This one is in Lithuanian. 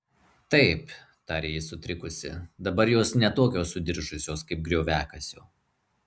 taip tarė ji sutrikusi dabar jos ne tokios sudiržusios kaip grioviakasio